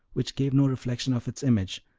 which gave no reflection of its image,